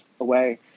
away